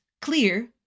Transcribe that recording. clear